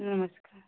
नमस्कार